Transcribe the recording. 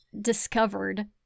discovered